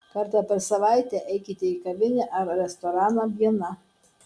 kartą per savaitę eikite į kavinę ar restoraną viena